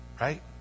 Right